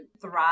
thrive